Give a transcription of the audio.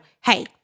Hey